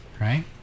right